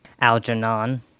Algernon